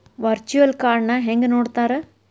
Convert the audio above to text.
Virtual ಕಾರ್ಡ್ನ ಹೆಂಗ್ ನೋಡ್ತಾರಾ?